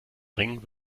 ring